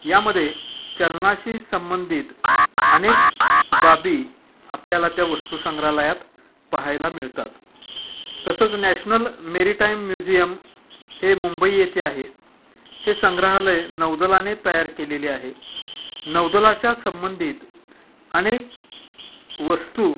यामध्ये चलनाशी संबंधित अनेक बाबी आपल्याला त्या वस्तू संग्रहालयात पाहायला मिळतात तसंच नॅशनल मेरीटाईम म्युझियम हे मुंबई येथे आहे हे संग्रहालय नौदलाने तयार केलेले आहे नौदलाच्या संबंधित अनेक वस्तू